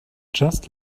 just